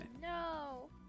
no